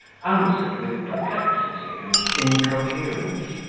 answered with perplexity and incoherence,